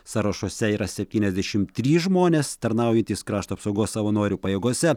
sąrašuose yra septyniasdešim trys žmonės tarnaujantys krašto apsaugos savanorių pajėgose